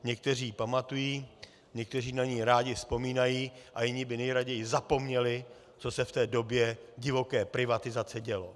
Někteří ji pamatují, někteří na ni rádi vzpomínají a jiní by nejraději zapomněli, co se v té době divoké privatizace dělo.